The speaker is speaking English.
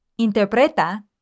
interpreta